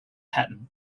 pattern